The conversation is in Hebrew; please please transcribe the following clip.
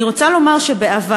אני רוצה לומר שבעבר,